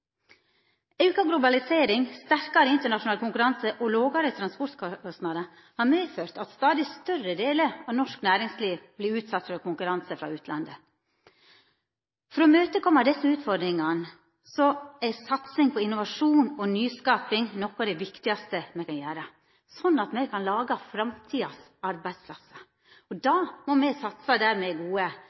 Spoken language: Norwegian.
Auka globalisering, sterkare internasjonal konkurranse og lågare transportkostnader har medført at stadig større delar av norsk næringsliv vert utsette for konkurranse frå utlandet. For å imøtekoma desse utfordringane er satsing på innovasjon og nyskaping noko av det viktigaste me kan gjera, sånn at me kan laga framtidas arbeidsplassar. Da må me satsa der me er gode,